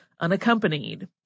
unaccompanied